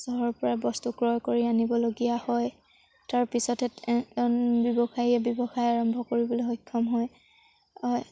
চহৰৰপৰা বস্তু ক্ৰয় কৰি আনিবলগীয়া হয় তাৰপিছতে এজন ব্যৱসায়ীয়ে ব্যৱসায় আৰম্ভ কৰিবলৈ সক্ষম হয়